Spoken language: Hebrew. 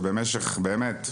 שבמשך באמת,